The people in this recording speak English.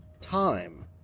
time